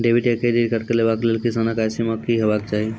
Debit या credit card लेवाक लेल किसानक आय सीमा की हेवाक चाही?